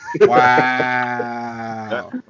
Wow